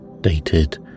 dated